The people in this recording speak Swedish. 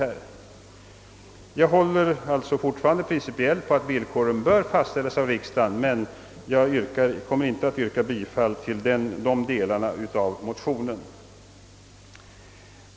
Principiellt håller jag alltså fortfarande på att villkoren bör fastställas av riksdagen men kommer inte att yrka bifall till motionen i dessa stycken.